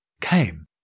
came